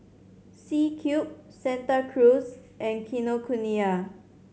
C Cube Santa Cruz and Kinokuniya